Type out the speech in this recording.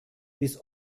bis